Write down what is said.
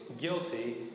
guilty